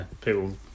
people